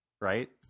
right